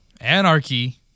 anarchy